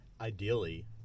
Ideally